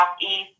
southeast